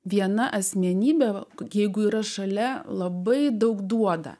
viena asmenybė o jeigu yra šalia labai daug duoda